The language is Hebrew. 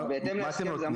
כמה זמן?